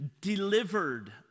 delivered